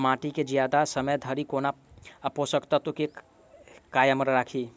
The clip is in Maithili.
माटि केँ जियादा समय धरि कोना पोसक तत्वक केँ कायम राखि?